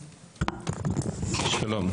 שלום,